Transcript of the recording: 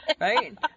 right